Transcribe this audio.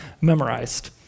memorized